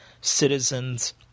citizens